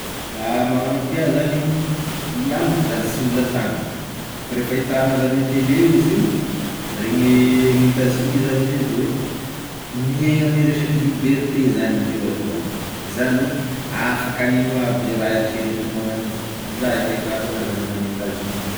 Ah magnano akoa iaho zany, iaho mo koa zany sy mbola tany, fa re fahitana azy ame tele io izy io, re ny gn'Etats Unis zany izy io da miaigny ame resaky liberté zany indreo aloha, izany hoe afaka agnino aby ze raha eritreretignao hagnigny, izay fahitako an'azy aloha gn'an'i Etats Unis.